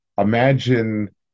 Imagine